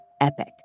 epic